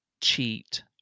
cheat